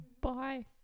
Bye